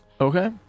Okay